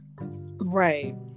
Right